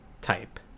type